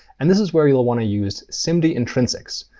and this is where you'll want to use simd intrinsics,